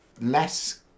less